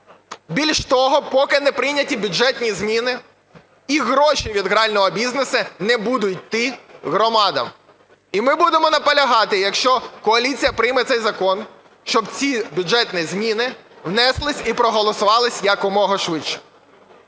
Більш того, поки не прийняті бюджетні зміни, і гроші від грального бізнесу не будуть йти громадам. І ми будемо наполягати, якщо коаліція прийме цей закон, щоб ці бюджетні зміни внеслись і проголосувались якомога швидше.